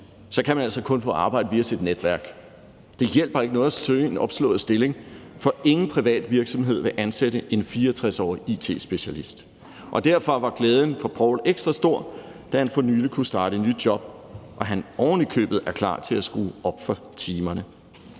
så kan man altså kun få arbejde via sit netværk – det hjælper ikke noget at søge en opslået stillingen, for ingen privat virksomhed vil ansætte en 64-årig it-specialist. Og derfor var glæden for Poul ekstra stor, da han for nylig kunne starte i et nyt job, og han er ovenikøbet klar til at skrue op for timeantallet.